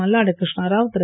Malladi Krishnarao Thiru